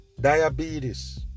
Diabetes